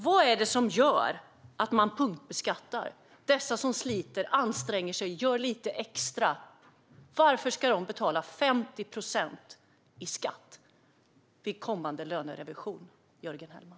Vad är det som gör att man punktbeskattar dessa som sliter, anstränger sig och gör lite extra? Varför ska de betala 50 procent i skatt vid kommande lönerevision, Jörgen Hellman?